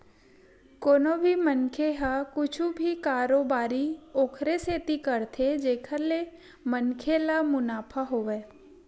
कोनो भी मनखे ह कुछु भी कारोबारी ओखरे सेती करथे जेखर ले मनखे ल मुनाफा होवय